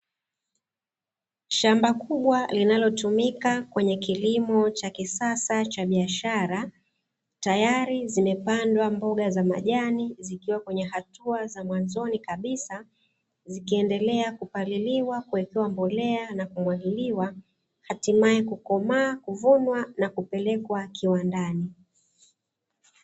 Shamba kubwa linalotumika kwenye kilimo cha kisasa cha biashara, tayari zimepandwa mboga za majani zikiwa kwenye hatua za mwanzoni kabisa; zikiendelea kupaliliwa, kuwekewa mbolea na kumwagiliwa; hatimaye kukomaa, kuvunwa na kupelekwa kiwandani.